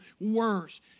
worse